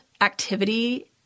activity